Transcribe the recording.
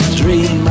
dream